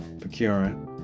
procuring